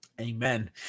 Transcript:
Amen